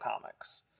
comics